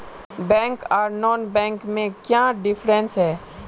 Bank आर non banking में क्याँ डिफरेंस है?